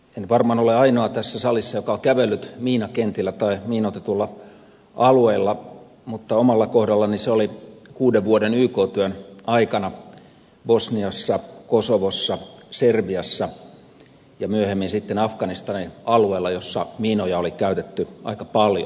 en varmaan ole ainoa tässä salissa joka on kävellyt miinakentillä tai miinoitetulla alueella mutta omalla kohdallani se oli kuuden vuoden yk työn aikana bosniassa kosovossa serbiassa ja myöhemmin sitten afganistanin alueella jossa miinoja oli käytetty aika paljon